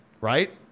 Right